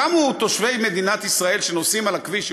קמו תושבי מדינת ישראל שנוסעים על הכביש,